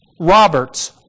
Roberts